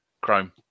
Chrome